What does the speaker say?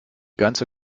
ganze